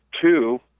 Two